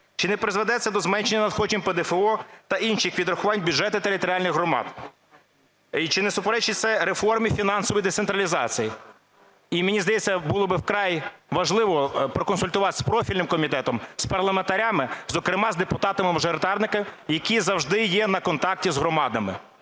Чи не призведе це до зменшення надходжень ПДФО та інших відрахувань в бюджети територіальних громад? І чи не суперечить це реформі фінансової децентралізації? І, мені здається, було б вкрай важливо проконсультуватися з профільним комітетом, з парламентарями, зокрема з депутатами- мажоритарниками, які завжди є на контакті з громадами.